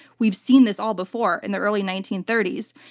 we've seen this all before in the early nineteen thirty s.